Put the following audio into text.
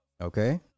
Okay